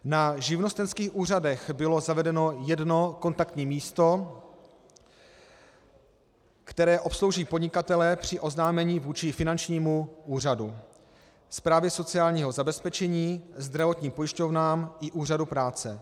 Na živnostenských úřadech bylo zavedeno jedno kontaktní místo, které obslouží podnikatele při oznámení vůči finančnímu úřadu, správě sociálního zabezpečení, zdravotním pojišťovnám i úřadu práce.